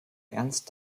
ernst